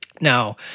now